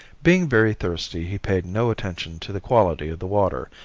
being very thirsty he paid no attention to the quality of the water,